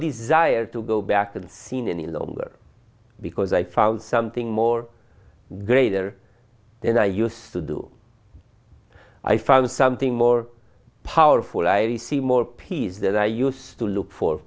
desire to go back and seen any longer because i found something more greater than i use to do i found something more powerful i see more peace that i use to look for